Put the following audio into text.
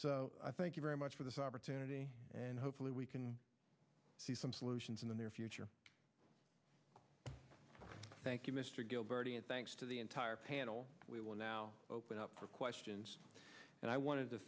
alarming i thank you very much for this opportunity and hopefully we can see some solutions in the near future thank you mr gilbert and thanks to the entire panel we will now open up for questions and i want to